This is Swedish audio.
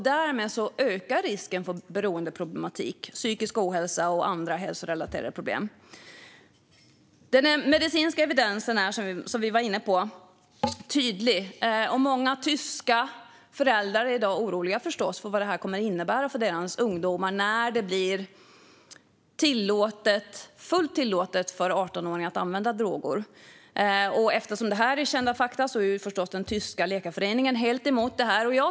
Därmed ökar risken för beroendeproblematik, psykisk ohälsa och andra hälsorelaterade problem. Den medicinska evidensen är, som vi har varit inne på, tydlig. Och många tyska föräldrar är i dag förstås oroliga för vad detta kommer att innebära för deras ungdomar när det blir fullt tillåtet för 18-åringar att använda droger. Eftersom detta är kända fakta är förstås den tyska läkarföreningen helt emot detta.